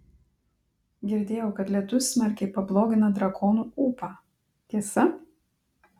girdėjau kad lietus smarkiai pablogina drakonų ūpą tiesa